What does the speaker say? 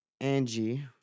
Angie